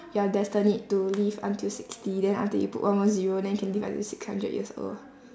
you are destined to live until sixty then after that you put one more zero then you can live until six hundred years old